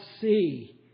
see